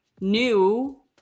new